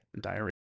diarrhea